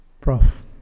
Prof